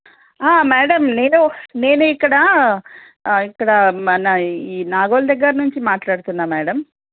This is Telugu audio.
మ్యాడమ్ నేను నేను ఇక్కడ ఇక్కడ మన ఈ నాగోల్ దగ్గర నుంచి మాట్లాడుతున్నాను మ్యాడమ్